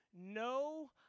no